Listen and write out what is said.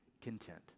content